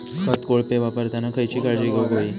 खत कोळपे वापरताना खयची काळजी घेऊक व्हयी?